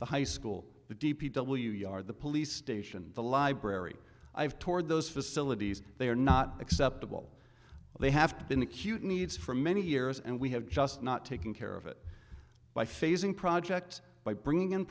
the high school the d p w yard the police station the library i've toured those facilities they are not acceptable they have been acute needs for many years and we have just not taken care of it by phasing project by bringing in